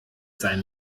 sein